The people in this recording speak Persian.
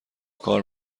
کار